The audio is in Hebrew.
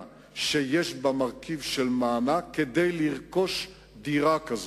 שיש בה מרכיב של מענק כדי לרכוש דירה כזו.